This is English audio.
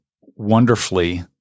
wonderfully